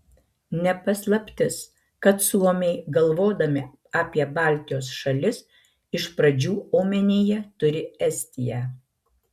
ne paslaptis kad suomiai galvodami apie baltijos šalis iš pradžių omenyje turi estiją